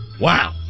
Wow